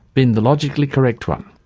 been the logically correct one.